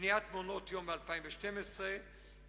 בניית מעונות יום ב-2012 וכו'